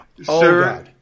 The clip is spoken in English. Sir